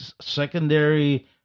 secondary